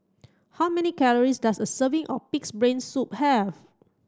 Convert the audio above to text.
how many calories does a serving of pig's brain soup have